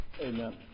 Amen